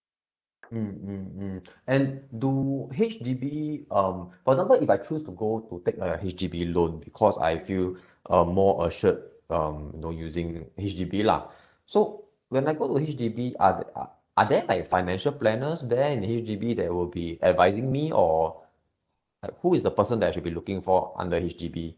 mm mm mm and do H_D_B um for example if I choose to go to take a H_D_B loan because I feel um more assured um you know using H_D_B lah so when I go to H_D_B are are are there like financial planners there in H_D_B that will be advising me or like who is the person that I should be looking for under H_D_B